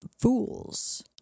fools